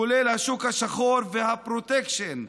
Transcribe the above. כולל השוק השחור והפרוטקשן,